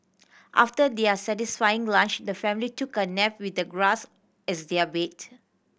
after their satisfying lunch the family took a nap with the grass as their bed